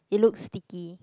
it looks sticky